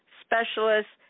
specialists